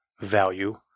value